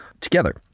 together